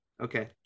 Okay